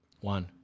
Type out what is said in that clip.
one